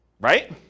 right